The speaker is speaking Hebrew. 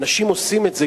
אנשים עושים את זה,